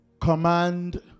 command